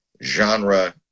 genre